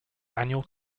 annual